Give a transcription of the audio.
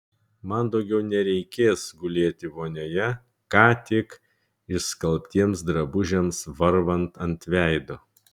man daugiau nereikės gulėti vonioje ką tik išskalbtiems drabužiams varvant ant veido